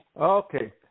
Okay